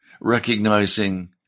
recognizing